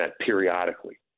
periodically